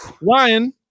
Ryan